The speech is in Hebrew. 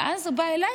ואז הוא בא אליי,